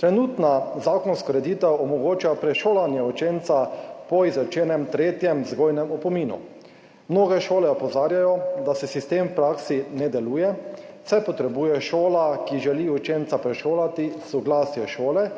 Trenutna zakonska ureditev omogoča prešolanje učenca po izrečenem tretjem vzgojnem opominu. Mnoge šole opozarjajo, da sistem v praksi ne deluje, saj potrebuje šola, ki želi učenca prešolati, soglasje šole,